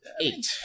Eight